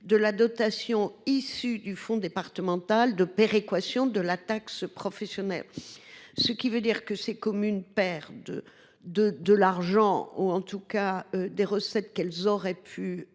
de la dotation issue du fonds départemental de péréquation de la taxe professionnelle (FDPTP). En d’autres termes, ces communes perdent de l’argent, en tout cas des recettes qu’elles auraient pu